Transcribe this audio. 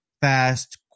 fast